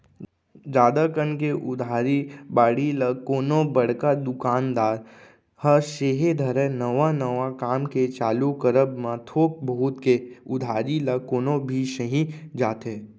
जादा कन के उधारी बाड़ही ल कोनो बड़का दुकानदार ह सेहे धरय नवा नवा काम के चालू करब म थोक बहुत के उधारी ल कोनो भी सहि जाथे